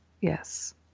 yes